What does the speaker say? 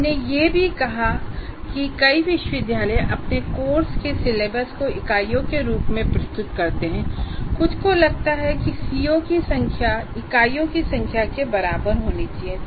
हमने यह भी कहा है कई विश्वविद्यालय अपने कोर्स के सिलेबस को इकाइयों के रूप में प्रस्तुत करते हैं कुछ को लगता है कि सीओ की संख्या इकाइयों की संख्या के बराबर होनी चाहिए